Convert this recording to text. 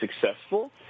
successful